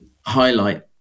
highlight